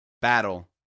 battle